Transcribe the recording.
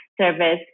service